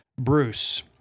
Bruce